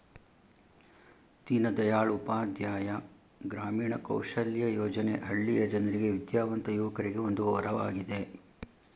ದೀನದಯಾಳ್ ಉಪಾಧ್ಯಾಯ ಗ್ರಾಮೀಣ ಕೌಶಲ್ಯ ಯೋಜನೆ ಹಳ್ಳಿಯ ಜನರಿಗೆ ವಿದ್ಯಾವಂತ ಯುವಕರಿಗೆ ಒಂದು ವರವಾಗಿದೆ